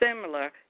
similar